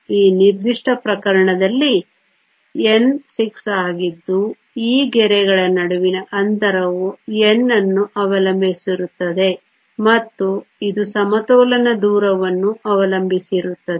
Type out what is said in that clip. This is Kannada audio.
ಈ ನಿರ್ದಿಷ್ಟ ಪ್ರಕರಣದಲ್ಲಿ N 6 ಆಗಿದ್ದು ಈ ಗೆರೆಗಳ ನಡುವಿನ ಅಂತರವು N ಅನ್ನು ಅವಲಂಬಿಸಿರುತ್ತದೆ ಮತ್ತು ಇದು ಸಮತೋಲನ ದೂರವನ್ನು ಅವಲಂಬಿಸಿರುತ್ತದೆ